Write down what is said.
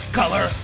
color